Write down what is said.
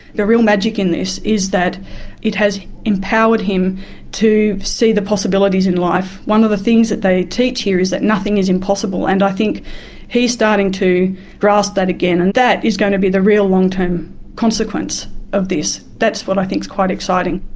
the real magic in this is that it has empowered him to see the possibilities in life. one of the things that they teach here is that nothing is impossible, and i think he starting to grasp that again, and that is going to be the real long-term consequence of this. that's what i think is quite exciting.